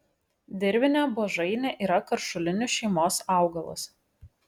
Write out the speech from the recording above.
dirvinė buožainė yra karšulinių šeimos augalas